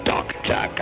Doctor